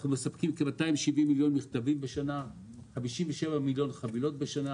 אנחנו מספקים כ-270 מיליון מכתבים בשנה וכ-57 מיליון חבילות בשנה.